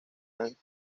han